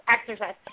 exercise